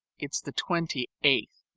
it's the twenty eighth.